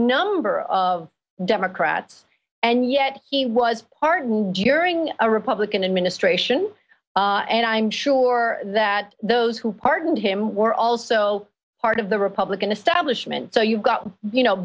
number of democrats and yet he was pardoned jaring a republican administration and i'm sure that those who pardoned him were also part of the republican establishment so you've got you know